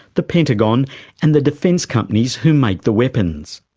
the pentagon and the defence companies who make the weapons.